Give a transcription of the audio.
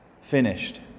finished